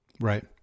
right